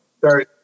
Sorry